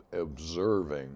observing